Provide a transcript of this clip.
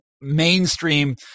mainstream